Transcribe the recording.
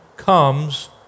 Comes